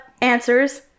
answers